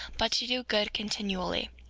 but to do good continually.